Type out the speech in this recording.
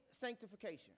sanctification